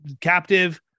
captive